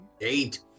eight